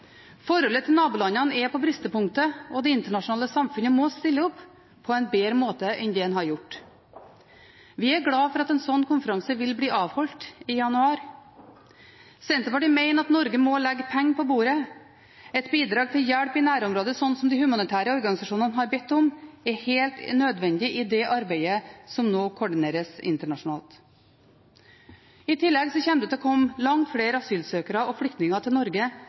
Forholdet til nabolandene er på bristepunktet, og det internasjonale samfunnet må stille opp på en bedre måte enn det en har gjort. Vi er glade for at en slik konferanse vil bli avholdt i januar. Senterpartiet mener at Norge må legge penger på bordet. Et bidrag til hjelp i nærområdet, slik de humanitære organisasjonene har bedt om, er helt nødvendig i det arbeidet som nå koordineres internasjonalt. I tillegg kommer det til å komme langt flere asylsøkere og flyktninger til Norge